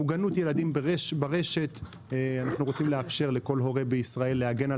מוגנות ילדים ברשת אנחנו רוצים לאפשר לכל הורה בישראל להגן על